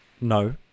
No